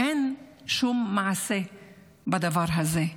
אין שום מעשה בדבר הזה,